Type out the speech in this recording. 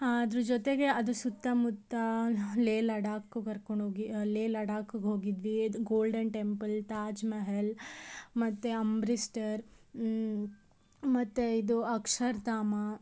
ಅದ್ರ ಜೊತೆಗೆ ಅದರ ಸುತ್ತಮುತ್ತ ಲೇಹ್ ಲಡಾಖ್ ಕರ್ಕೊಂಡು ಹೋಗಿ ಲೇಹ್ ಲಡಾಖಗೆ ಹೋಗಿದ್ವಿ ಗೋಲ್ಡನ್ ಟೆಂಪಲ್ ತಾಜ್ ಮೆಹೆಲ್ ಮತ್ತು ಅಮೃತ್ಸರ್ ಮತ್ತು ಇದು ಅಕ್ಷರಧಾಮ